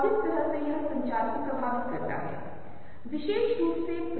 यही परिप्रेक्ष्य प्रभाव है जिसके बारे में मैं बात कर रहा था